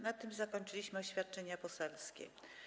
Na tym zakończyliśmy oświadczenia poselskie.